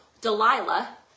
Delilah